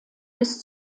bis